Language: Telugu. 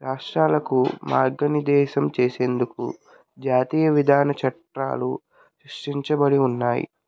రాష్ట్రాలకు మార్గనిర్దేశం చేసేందుకు జాతీయ విధాన చట్టాలు రక్షించబడి ఉన్నాయి